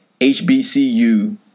HBCU